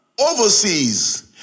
overseas